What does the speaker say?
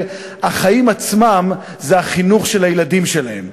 החיים עצמם זה החינוך של הילדים שלהם,